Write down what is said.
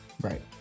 Right